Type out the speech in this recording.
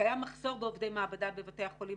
קיים מחסור בעובדי מעבדה בבתי החולים